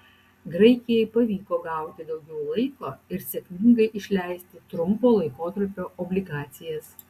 graikijai pavyko gauti daugiau laiko ir sėkmingai išleisti trumpo laikotarpio obligacijas